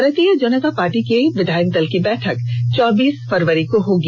भारतीय जनता पार्टी के विधायक दल की बैठक चौबीस फरवरी को होगी